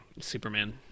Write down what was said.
Superman